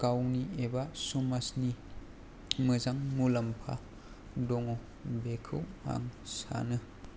गावनि एबा समाजनि मोजां मुलाम्फा दङ बेखौ आं सानो